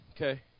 okay